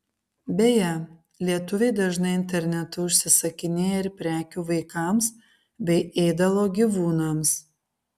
beje lietuviai dažnai internetu užsisakinėja ir prekių vaikams bei ėdalo gyvūnams